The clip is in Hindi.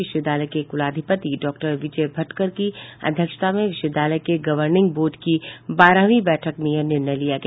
विश्वविद्यालय के कुलाधिपति डाक्टर विजय भटकर की अध्यक्षता में विश्वविद्यालय के गवर्निंग बोर्ड की बारहवीं बैठक में यह निर्णय लिया गया